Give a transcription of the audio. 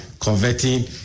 converting